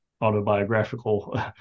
autobiographical